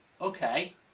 okay